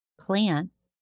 plants